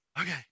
Okay